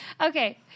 okay